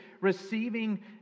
receiving